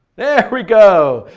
there we go.